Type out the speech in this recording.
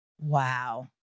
Wow